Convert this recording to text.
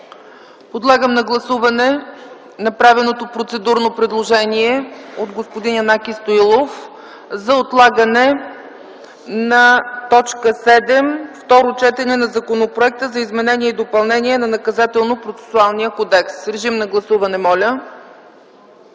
Подлагам на гласуване направеното процедурно предложение от господин Янаки Стоилов за отлагане на т. 7 – второ четене на Законопроекта за изменение и допълнение на Наказателно-процесуалния кодекс. Режим на гласуване, моля!